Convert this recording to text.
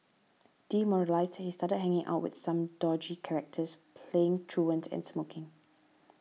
demoralised he started hanging out with some dodgy characters playing truant and smoking